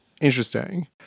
Interesting